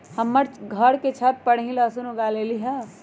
हम्मे घर के छत पर ही लहसुन उगा लेली हैं